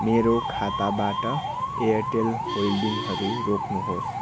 मेरो खाताबाट एयरटेल होल्डिङहरू रोक्नुहोस्